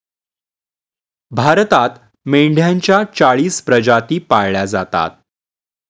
भारतात मेंढ्यांच्या चाळीस प्रजाती पाळल्या जातात